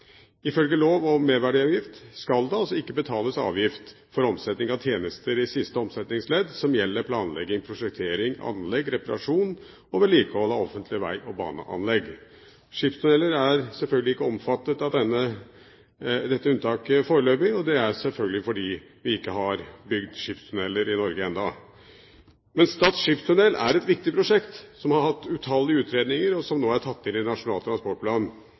Ifølge lov om merverdiavgift skal det altså ikke betales avgift for omsetning av tjenester i siste omsetningsledd som gjelder planlegging, prosjektering, anlegg, reparasjon og vedlikehold av offentlig vei og baneanlegg. Skipstunneler er ikke omfattet av dette unntaket foreløpig, og det er selvfølgelig fordi vi ikke har bygd skipstunneler i Norge ennå. Men Stad skipstunnel er et viktig prosjekt, der man har hatt utallige utredninger, og som nå er tatt inn i Nasjonal transportplan.